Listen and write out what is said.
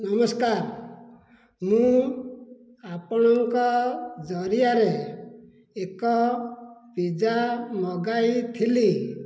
ନମସ୍କାର ମୁଁ ଆପଣଙ୍କ ଜରିଆରେ ଏକ ପିଜ୍ଜା ମଗାଇଥିଲି